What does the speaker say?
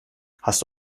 hast